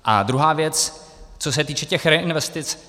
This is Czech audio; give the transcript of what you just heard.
A druhá věc, co se týče těch reinvestic.